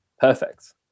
perfect